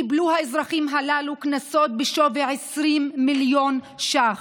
קיבלו האזרחים הללו קנסות בשווי 20 מיליון שקלים,